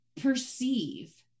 perceive